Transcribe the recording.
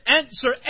answer